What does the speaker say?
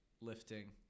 lifting